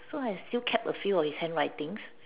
so I still kept a few of his handwritings